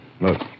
Look